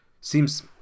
seems